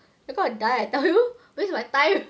you go and die ah I tell you waste my time